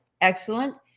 excellent